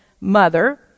mother